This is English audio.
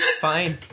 Fine